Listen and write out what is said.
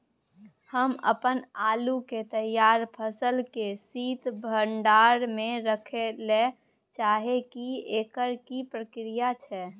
हम अपन आलू के तैयार फसल के शीत भंडार में रखै लेल चाहे छी, एकर की प्रक्रिया छै?